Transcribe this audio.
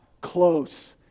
close